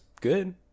good